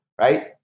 right